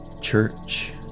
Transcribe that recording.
church